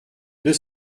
deux